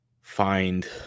find